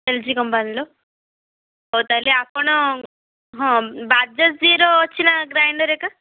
L G କମ୍ପାନୀର ହଉ ତା'ହେଲେ ଆପଣ ହଁ ବାଜାଜ ଜୀର ଅଛିନା ଗ୍ରାଇଣ୍ଡର ହେଇକା